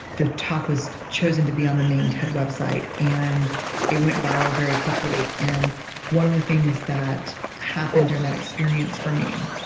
the talk was chosen to be on the main ted website and it went viral very quickly. and one of the things that happened during that experience for me,